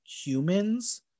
humans